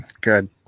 Good